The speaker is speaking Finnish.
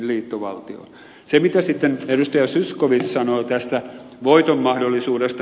se mitä sitten edustaja zyskowicz sanoi tästä voiton mahdollisuudesta